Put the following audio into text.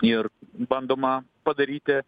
ir bandoma padaryti